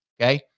okay